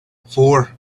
four